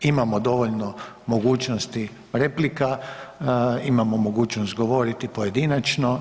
Imamo dovoljno mogućnosti replika, imamo mogućnost govoriti pojedinačno.